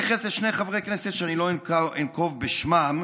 חברי כנסת, שאני לא אנקוב בשמם,